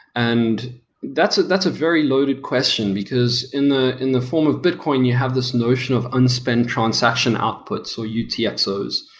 and that's that's a very loaded question, because in the in the form of bitcoin, you have this notion of unspent transaction outputs, so utxos.